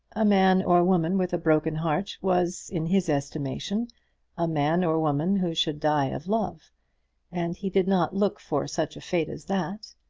a man or woman with a broken heart was in his estimation a man or woman who should die of love and he did not look for such a fate as that.